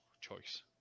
choice